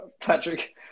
patrick